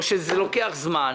או שהם אורכים זמן,